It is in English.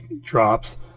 drops